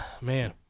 man